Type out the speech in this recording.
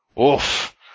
Oof